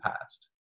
past